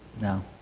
No